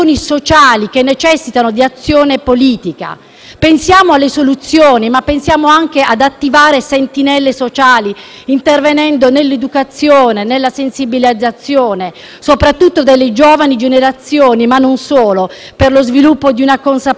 Pensiamo alle soluzioni, ma pensiamo anche ad attivare sentinelle sociali, intervenendo sull'educazione e sulla sensibilizzazione - soprattutto delle giovani generazioni, ma non solo - per lo sviluppo di una consapevolezza piena del dramma che si ripete.